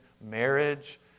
marriage